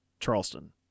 Charleston